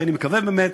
ואני מקווה באמת